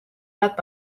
bat